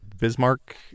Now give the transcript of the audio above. Bismarck